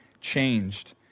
changed